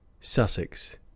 Sussex